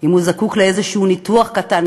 אם הוא זקוק לאיזשהו ניתוח קטן,